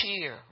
cheer